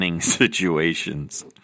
situations